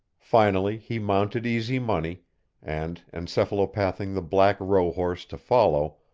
finally he mounted easy money and, encephalopathing the black rohorse to follow,